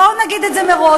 בואו נגיד את זה מראש,